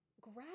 grab